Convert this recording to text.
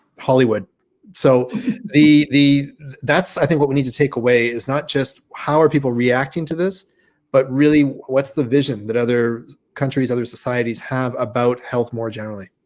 hollywood so the the that's i think what we need to take away is not just how are people reacting to this but really what's the vision that other countries other societies have about health more generally.